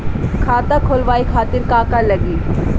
खाता खोलवाए खातिर का का लागी?